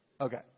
Okay